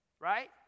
Right